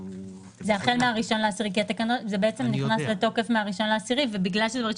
זה נכנס לתוקף החל מה-1 באוקטובר.